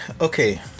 okay